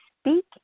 speak